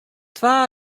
twa